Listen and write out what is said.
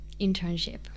internship